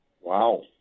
Wow